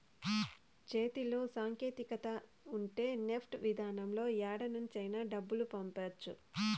చేతిలో సాంకేతికత ఉంటే నెఫ్ట్ విధానంలో యాడ నుంచైనా డబ్బులు పంపవచ్చు